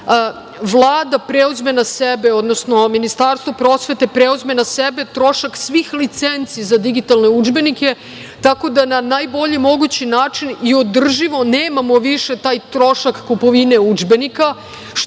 Vlada preuzme na sebe, odnosno Ministarstvo prosvete preuzme na sebe trošak svih licenci za digitalne udžbenike, tako da na najbolji mogući način i održimo. Nemamo više taj trošak kupovine udžbenika,